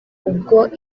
ubwo